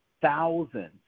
thousands